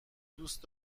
دوست